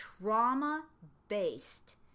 trauma-based